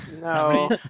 no